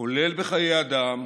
כולל בחיי אדם,